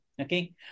Okay